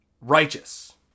righteous